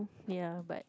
ya but